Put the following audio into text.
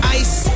ice